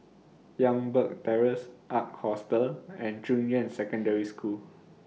Youngberg Terrace Ark Hostel and Junyuan Secondary School